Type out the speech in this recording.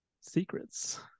secrets